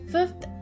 Fifth